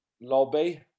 Lobby